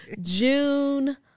June